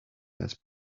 las